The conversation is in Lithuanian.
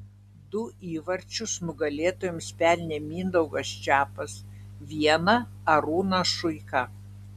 du įvarčius nugalėtojams pelnė mindaugas čepas vieną arūnas šuika